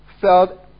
felt